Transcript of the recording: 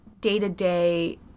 day-to-day